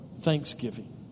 Thanksgiving